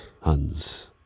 Huns